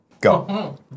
Go